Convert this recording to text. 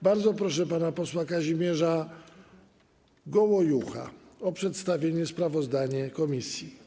Bardzo proszę pana posła Kazimierza Gołojucha o przedstawienie sprawozdania komisji.